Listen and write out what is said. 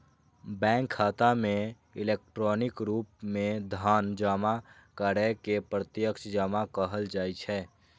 bank खाता मे electronic रूप मे धन जमा करै के प्रत्यक्ष जमा कहल जाइ छै